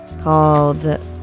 called